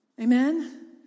Amen